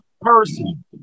person